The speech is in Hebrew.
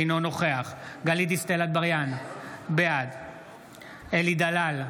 אינו נוכח גלית דיסטל אטבריאן, בעד אלי דלל,